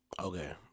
Okay